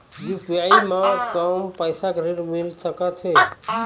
UPI म कम पैसा के ऋण मिल सकथे?